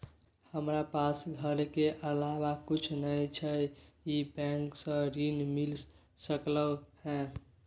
हमरा पास घर के अलावा कुछ नय छै ई बैंक स ऋण मिल सकलउ हैं?